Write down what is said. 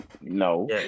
no